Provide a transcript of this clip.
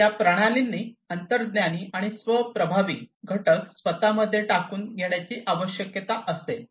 तर या प्रणालींना अंतर्ज्ञानी आणि स्व प्रभावी घटक स्वतः मध्ये टाकून घेण्याची आवश्यकता असेल